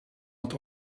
het